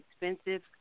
expensive